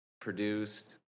produced